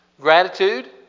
Gratitude